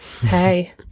hey